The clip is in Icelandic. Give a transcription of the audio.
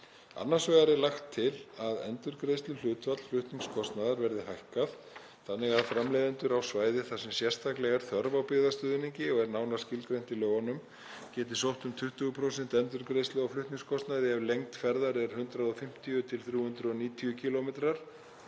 Annars vegar er lagt til að endurgreiðsluhlutfall flutningskostnaðar verði hækkað þannig að framleiðendur á svæði þar sem sérstaklega er þörf á byggðastuðningi og er nánar skilgreint í lögunum geti sótt um 20% endurgreiðslu af flutningskostnaði ef lengd ferðar er 150–390 km